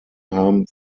haben